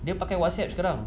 dia pakai WhatsApp sekarang